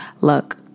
look